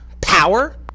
power